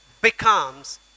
becomes